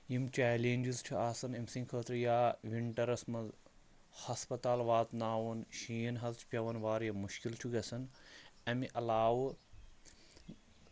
یِم چٮ۪لینٛجٕس چھِ آسان أمۍ سٕنٛدۍ خٲطرٕ یا وِنٹَرَس منٛز ہَسپَتال واتناوُن شیٖن حظ چھُ پٮ۪وان واریاہ مُشکِل چھُ گژھان اَمہِ علاوٕ